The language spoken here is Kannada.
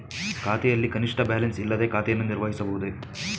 ಖಾತೆಯಲ್ಲಿ ಕನಿಷ್ಠ ಬ್ಯಾಲೆನ್ಸ್ ಇಲ್ಲದೆ ಖಾತೆಯನ್ನು ನಿರ್ವಹಿಸಬಹುದೇ?